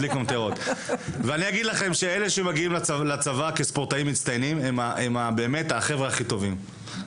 אלה שמגיעים לצבא כספורטאים מצטיינים הם באמת החבר'ה הכי טובים,